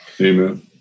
amen